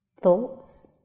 thoughts